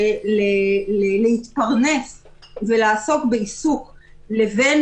חשוב להוסיף שהקשר בין היכולת להתפרנס ולעסוק בעיסוק לבין